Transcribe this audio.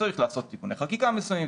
צריך לעשות תיקוני חקיקה מסוימים,